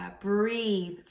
breathe